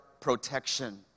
protection